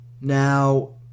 Now